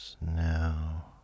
Now